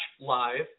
Live